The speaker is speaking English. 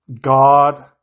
God